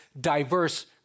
diverse